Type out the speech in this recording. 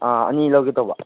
ꯑꯥ ꯑꯅꯤ ꯂꯧꯒꯦ ꯇꯧꯕ